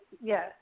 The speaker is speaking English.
yes